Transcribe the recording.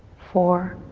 four,